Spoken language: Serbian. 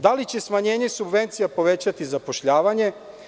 Da li će smanjenje subvencija povećati zapošljavanje?